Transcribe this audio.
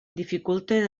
dificulte